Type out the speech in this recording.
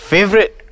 Favorite